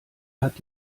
hat